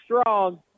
strong